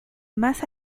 más